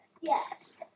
Yes